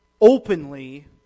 openly